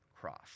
Cross